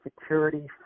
security